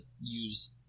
use